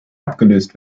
abgelöst